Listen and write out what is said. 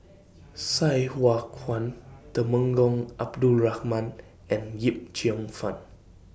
Sai Hua Kuan Temenggong Abdul Rahman and Yip Cheong Fun